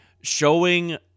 showing